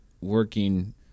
working